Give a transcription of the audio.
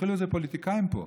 התחילו את זה פוליטיקאים פה.